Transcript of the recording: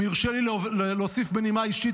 אם יורשה לי להוסיף בנימה אישית,